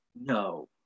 no